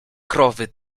krowy